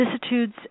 vicissitudes